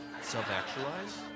self-actualize